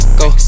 go